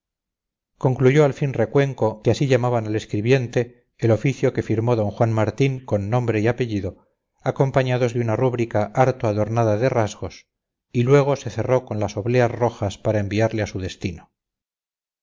concluyó al fin recuenco que así llamaban al escribiente el oficio que firmó d juan martín con nombre y apellido acompañados de una rúbrica harto adornada de rasgos y luego se cerró con las obleas rojas para enviarle a su destino